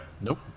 Nope